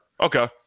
Okay